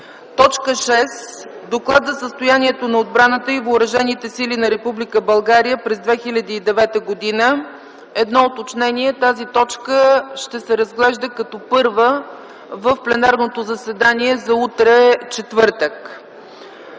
6. Доклад за състоянието на отбраната и Въоръжените сили на Република България през 2009 г. Едно уточнение, тази точка ще се разглежда като първа в пленарното заседание за утре – четвъртък.